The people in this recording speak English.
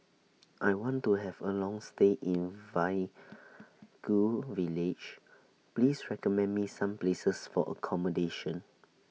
I want to Have A Long stay in Vaiaku Village Please recommend Me Some Places For accommodation